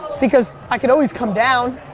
because i can always come down.